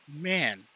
Man